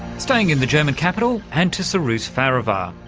staying in the german capital and to cyrus farivar.